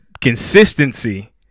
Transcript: consistency